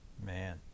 Man